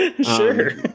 Sure